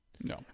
No